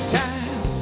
time